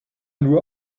nur